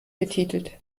betitelt